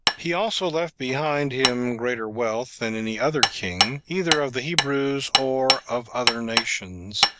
he also left behind him greater wealth than any other king, either of the hebrews or, of other nations,